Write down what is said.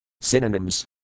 Synonyms